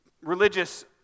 religious